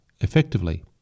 effectively